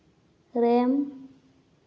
ᱨᱮᱢ